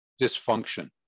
dysfunction